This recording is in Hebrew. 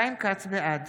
בעד